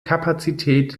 kapazität